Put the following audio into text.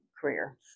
career